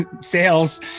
sales